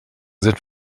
sind